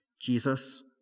Jesus